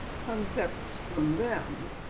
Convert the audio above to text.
concepts from them.